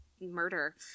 murder